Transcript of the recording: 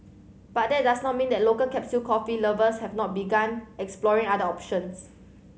but that does not mean that local capsule coffee lovers have not begun exploring other options